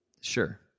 sure